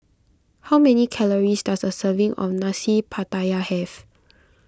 how many calories does a serving of Nasi Pattaya have